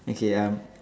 okay uh